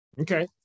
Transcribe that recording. Okay